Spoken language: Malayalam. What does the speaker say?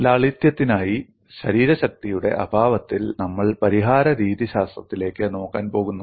ലാളിത്യത്തിനായി ശരീരശക്തിയുടെ അഭാവത്തിൽ നമ്മൾ പരിഹാര രീതിശാസ്ത്രത്തിലേക്ക് നോക്കാൻ പോകുന്നു